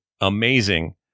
amazing